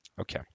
okay